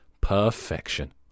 Perfection